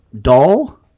doll